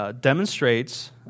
demonstrates